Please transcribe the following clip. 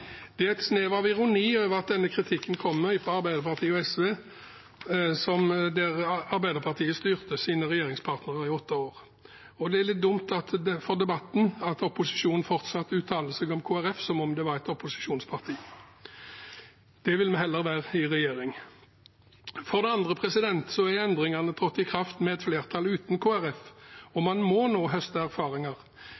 Det er et snev av ironi at denne kritikken kommer fra Arbeiderpartiet og SV, da Arbeiderpartiet styrte sine regjeringspartnere i åtte år. Det er litt dumt for debatten at opposisjonen fortsatt uttaler seg om Kristelig Folkeparti som om det var et opposisjonsparti. Det vil vi heller være i regjering. For det andre er endringene trådt i kraft med et flertall uten Kristelig Folkeparti, og